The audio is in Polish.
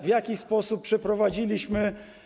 W jaki sposób to przeprowadziliśmy?